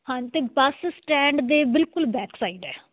ਹਾਂ ਅਤੇ bus stand ਦੇ ਬਿਲਕੁਲ ਬੈਕ ਸਾਈਡ ਹੈ